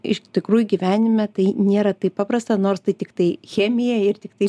iš tikrųjų gyvenime tai nėra taip paprasta nors tai tiktai chemija ir tiktai